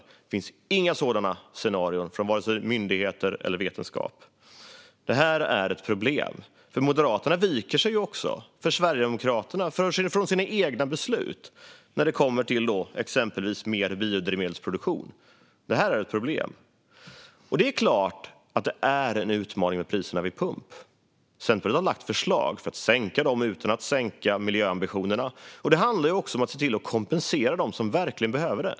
Det finns inga sådana scenarier från vare sig myndigheter eller vetenskap. Det här är ett problem. Moderaterna viker sig också för Sverigedemokraterna och går ifrån sina egna beslut när det kommer till exempelvis mer biodrivmedelsproduktion. Det här är också ett problem. Det är klart att det är en utmaning med priserna vid pump. Centerpartiet har lagt fram förslag för att sänka dem utan att sänka miljöambitionerna. Det handlar också om att se till att kompensera dem som verkligen behöver det.